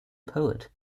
poet